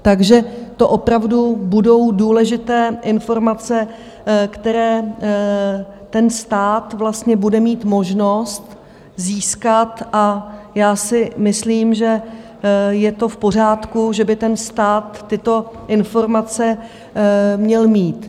Takže to opravdu budou důležité informace, které stát vlastně bude mít možnost získat, a já si myslím, že je to v pořádku, že by stát tyto informace měl mít.